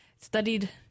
studied